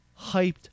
hyped